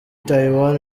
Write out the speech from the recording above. taiwan